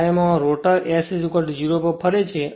જેમાં rotor S 0 પર ફરે છે